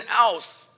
else